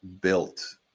built